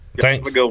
Thanks